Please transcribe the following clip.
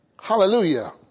Hallelujah